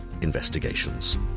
Investigations